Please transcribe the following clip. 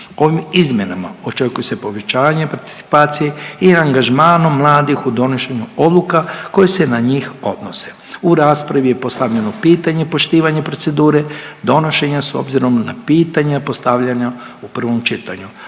Ovim izmjenama očekuje se povećanje participacije i angažmanom mladih u donošenju odluka koje se na njih odnose. U raspravi je postavljeno pitanje poštivanje procedure, donošenja s obzirom na pitanja postavljena u prvom čitanju,